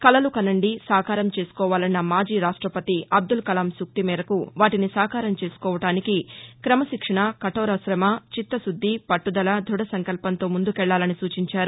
కలలు కసండి సాకారం చేసుకోవాలన్న మాజీ రాష్టపతి అబ్గల్ కలాం సూక్తి మేరకు వాటీని సాకారం చేసుకోవడానికి క్రమశిక్షణ కఠోర్చకమ చిత్తశుద్ది పట్టుదల దృఢ సంకల్పంతో ముందుకెళ్లాలని సూచించారు